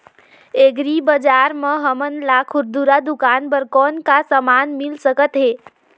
Agri बजार म हमन ला खुरदुरा दुकान बर कौन का समान मिल सकत हे?